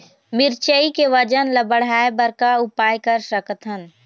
मिरचई के वजन ला बढ़ाएं बर का उपाय कर सकथन?